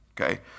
Okay